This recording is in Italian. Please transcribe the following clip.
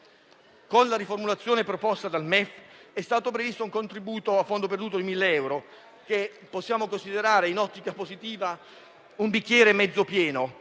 con la riformulazione proposta dal MEF è stato previsto un contributo a fondo perduto di 1.000 euro, che possiamo considerare in ottica positiva un bicchiere mezzo pieno.